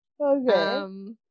Okay